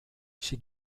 she